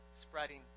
spreading